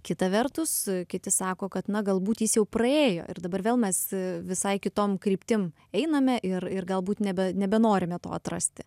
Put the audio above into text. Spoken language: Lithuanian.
kita vertus kiti sako kad na galbūt jis jau praėjo ir dabar vėl mes visai kitom kryptim einam ir ir galbūt nebe nebenorime to atrasti